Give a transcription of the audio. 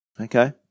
Okay